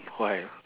why